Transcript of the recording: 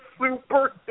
super